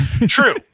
True